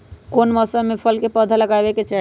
कौन मौसम में फल के पौधा लगाबे के चाहि?